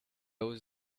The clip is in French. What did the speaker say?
hausse